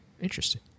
Interesting